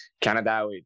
Canada